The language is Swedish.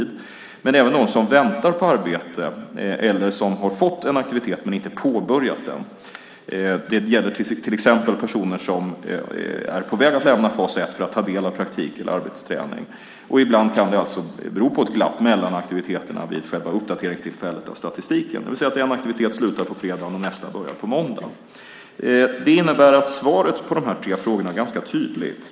Det finns även de som väntar på arbete eller som har fått en aktivitet men inte påbörjat den. Det gäller till exempel personer som är på väg att lämna FAS efter att ha fått ta del av praktik eller arbetsträning. Ibland kan det bero på ett glapp mellan aktiviteterna vid själva uppdateringstillfället i statistiken, det vill säga att en aktivitet slutar på fredagen och nästa börjar på måndagen. Det innebär att svaret på de tre frågorna är ganska tydligt.